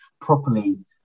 properly